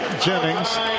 Jennings